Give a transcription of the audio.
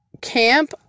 camp